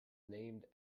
named